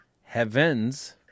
heavens